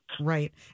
Right